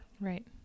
right